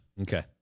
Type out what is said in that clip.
Okay